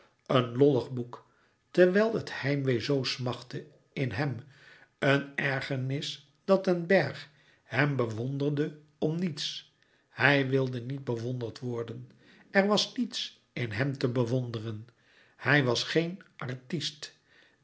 een lollig boek terwijl het heimwee zoo smachtte in hem een ergernis dat den bergh hem bewonderde om niets hij wilde niet bewonderd worden er was niets in hem te bewonderen hij was geen artist